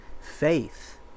Faith